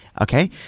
Okay